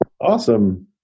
Awesome